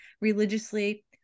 religiously